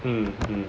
mm mm